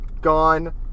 gone